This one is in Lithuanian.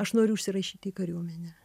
aš noriu užsirašyti į kariuomenę